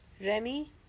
Remy